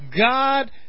God